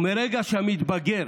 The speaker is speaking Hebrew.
מרגע שהמתבגר